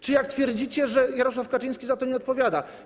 Czy, jak twierdzicie, to, że Jarosław Kaczyński za to nie odpowiada?